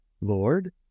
Lord